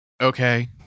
Okay